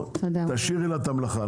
תשאירי לה את המלאכה.